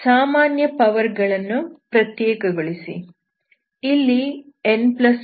ಸಾಮಾನ್ಯ ಪವರ್ ಗಳನ್ನು ಪ್ರತ್ಯೇಕಗೊಳಿಸಿ